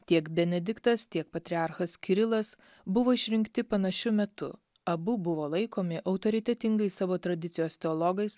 tiek benediktas tiek patriarchas kirilas buvo išrinkti panašiu metu abu buvo laikomi autoritetingais savo tradicijos teologais